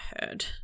heard